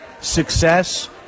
success